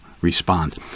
respond